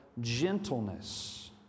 gentleness